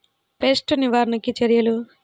Pest నివారణకు చర్యలు?